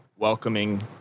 welcoming